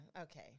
Okay